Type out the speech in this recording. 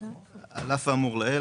על אף האמור לעיל,